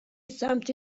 سمت